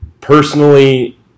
personally